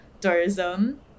tourism